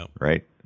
Right